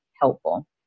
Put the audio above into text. helpful